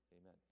Amen